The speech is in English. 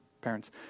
parents